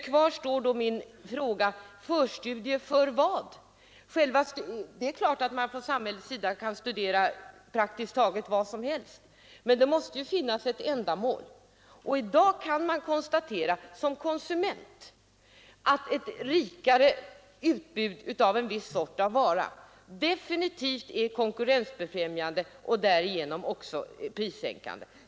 Kvar står då min fråga: Förstudie för vad? Det är klart att man från samhällets sida kan studera praktiskt taget vad som helst, men det måste finnas ett ändamål. I dag kan man som konsument konstatera att ett rikare utbud av en viss sorts vara definitivt är konkurrensbefrämjande och därigenom också prissänkande.